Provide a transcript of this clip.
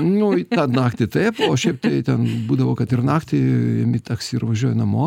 nu į tą naktį taip o šiaip tai ten būdavo kad ir naktį imi taksi ir važiuoji namo